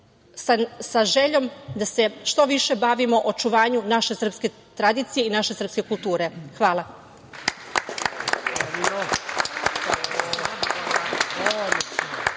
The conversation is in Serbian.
sa željom da se što više bavimo očuvanjem naše srpske tradicije i naše srpske kulture. Hvala.